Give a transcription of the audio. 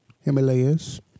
Himalayas